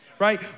right